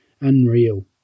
unreal